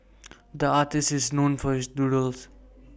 the artist is known for his doodles